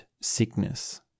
sickness